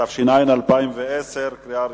התש"ע 2010, התקבלה.